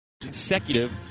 consecutive